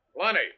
Plenty